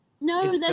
no